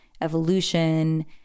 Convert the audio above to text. evolution